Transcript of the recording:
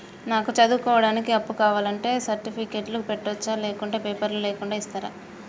నాకు చదువుకోవడానికి అప్పు కావాలంటే సర్టిఫికెట్లు పెట్టొచ్చా లేకుంటే పేపర్లు లేకుండా ఇస్తరా?